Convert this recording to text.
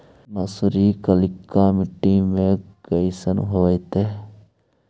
मसुरी कलिका मट्टी में कईसन होतै?